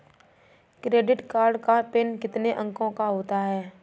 Credit card का PIN कितने अंकों का होता है?